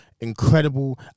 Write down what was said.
incredible